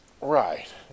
Right